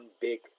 big